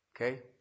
Okay